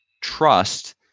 trust